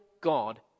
God